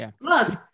Plus